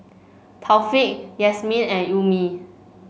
Taufik Yasmin and Ummi